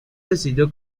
decidió